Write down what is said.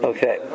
Okay